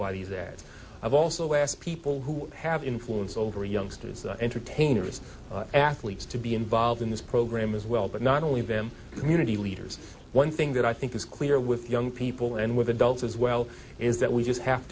have also asked people who have influence over youngsters entertainers athletes to be involved in this program as well but not only them community leaders one thing that i think is clear with young people and with adults as well is that we just have